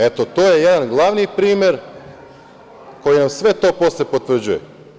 Eto, to je jedan glavni primer koji vam sve to posle potvrđuje.